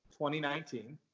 2019